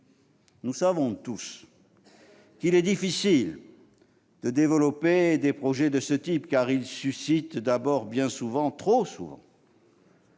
Nous savons tous qu'il est difficile de développer des projets de ce type, car ils suscitent d'abord bien souvent- trop souvent